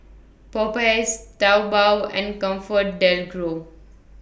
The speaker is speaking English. Popeyes Taobao and ComfortDelGro